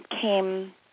came